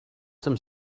some